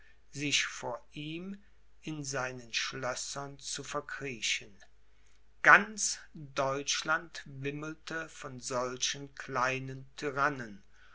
sich vor ihm in seinen schlössern zu verkriechen ganz deutschland wimmelte von solchen kleinen tyrannen